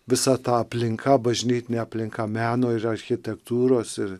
visa ta aplinka bažnytinė aplinka meno ir architektūros ir